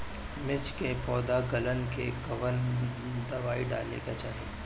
मिर्च मे पौध गलन के कवन दवाई डाले के चाही?